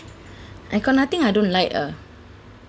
I got nothing I don't like uh